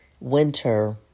winter